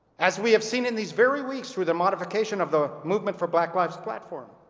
as we have seen in these very weeks through the modification of the movement for black lives platform,